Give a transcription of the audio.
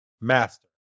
Master